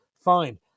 fine